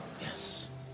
Yes